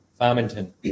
Farmington